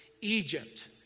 egypt